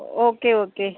okay okay